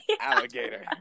alligator